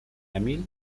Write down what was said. emil